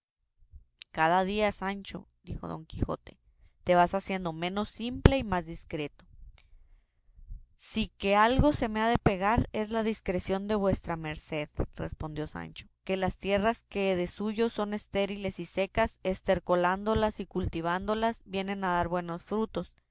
cada día sancho dijo don quijote te vas haciendo menos simple y más discreto sí que algo se me ha de pegar de la discreción de vuestra merced respondió sancho que las tierras que de suyo son estériles y secas estercolándolas y cultivándolas vienen a dar buenos frutos